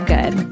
Good